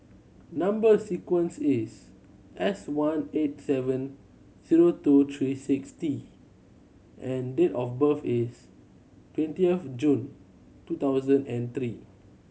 number sequence is S one eight seven zero two three six T and date of birth is twenty of June twenty thousand and three